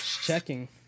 Checking